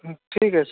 হুম ঠিক আছে